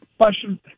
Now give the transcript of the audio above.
Question